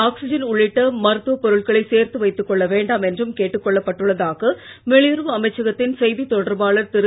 ஆக்சிஜன்உள்ளிட்டமருத்துவப்பொருட்களைசேர்த்துவைத்துக்கொள்ள வேண்டாம்என்றும்கேட்டுக்கொள்ளப்பட்டுள்ளதாகவெளியுறவுஅமைச்சக த்தின்செய்தித்தொடர்பாளர்திரு